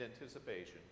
anticipation